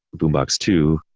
boombox two,